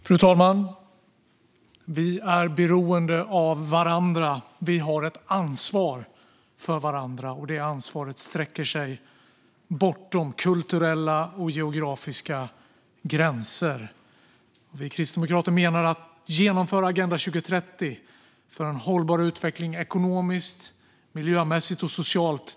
Fru talman! Vi är beroende av varandra. Vi har ett ansvar för varandra. Det ansvaret sträcker sig bortom kulturella och geografiska gränser. Vi kristdemokrater menar att det är centralt att genomföra Agenda 2030 för en hållbar utveckling ekonomiskt, miljömässigt och socialt.